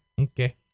Okay